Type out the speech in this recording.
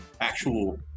actual